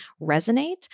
resonate